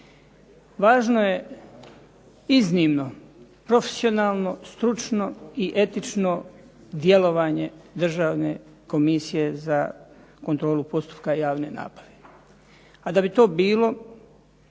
Važno je iznimno profesionalno, stručno i etično djelovanje Državne komisije za kontrolu postupka javne nabave, a da bi to bilo